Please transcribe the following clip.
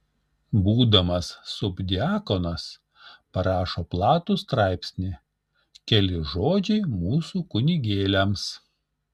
būdamas subdiakonas parašo platų straipsnį keli žodžiai mūsų kunigėliams